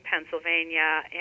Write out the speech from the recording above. Pennsylvania